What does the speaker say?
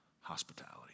hospitality